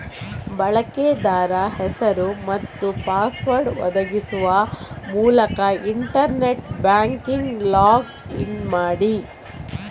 ಬಳಕೆದಾರ ಹೆಸರು ಮತ್ತು ಪಾಸ್ವರ್ಡ್ ಒದಗಿಸುವ ಮೂಲಕ ಇಂಟರ್ನೆಟ್ ಬ್ಯಾಂಕಿಂಗಿಗೆ ಲಾಗ್ ಇನ್ ಮಾಡಿ